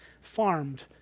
farmed